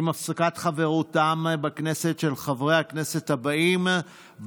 עם הפסקת חברותם בכנסת של חברי הכנסת באו